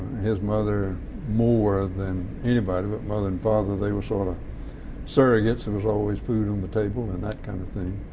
his mother more than anybody but mother and father, they were sort of surrogates. there and was always food on the table and that kind of thing.